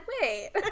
wait